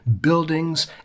buildings